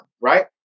right